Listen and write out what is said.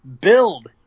Build